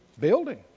Building